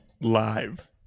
live